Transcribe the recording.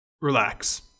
relax